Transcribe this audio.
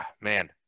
man